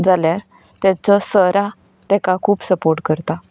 जाल्यार ताचो सर ताका खूब सपोर्ट करता